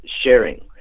sharing